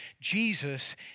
Jesus